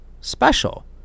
special